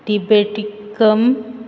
tibeticum